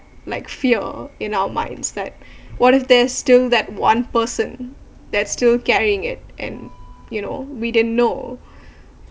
like fear in our minds like what if there's still that one person that still carrying it and you know we didn't know